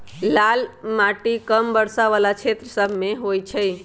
लाल माटि कम वर्षा वला क्षेत्र सभमें होइ छइ